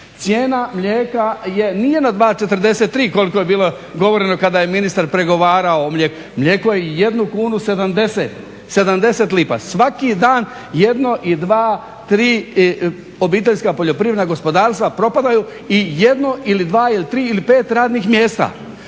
Cijena mlijeka nije na 2,43 koliko je bilo govoreno kada je ministar pregovarao o mlijeku. Mlijeko je 1,70 kuna. Svaki dan jedno i dva, tri obiteljska poljoprivredna gospodarstva propadaju i jedno ili dva ili tri ili pet radnih mjesta.